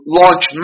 launch